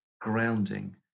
grounding